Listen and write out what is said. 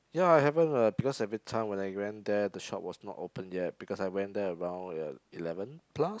ya it happen uh because everytime when I went there the shop was not open yet because I went there around ya eleven plus